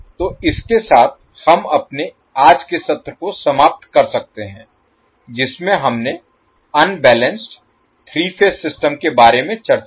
तो इसके साथ हम अपने आज के सत्र को समाप्त कर सकते हैं जिसमें हमने अनबैलेंस्ड 3 फेज सिस्टम के बारे में चर्चा की